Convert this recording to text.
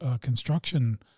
construction